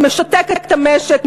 משתק את המשק,